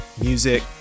music